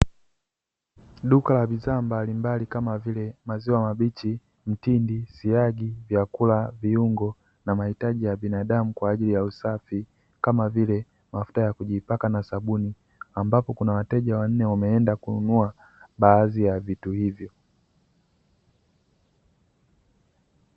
Duka la bidhaa mbalimbali kama vile: maziwa mabichi, mtindi, siagi, vyakula, viungo; na mahitaji ya binadamu kwa ajili ya usafi kama vile mafuta ya kujipaka na sabuni. Ambapo kuna wateja wanne wameenda kununua baadhi ya vitu hivyo.